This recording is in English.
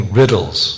riddles